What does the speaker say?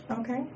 Okay